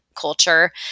culture